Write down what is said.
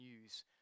news